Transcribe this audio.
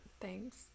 Thanks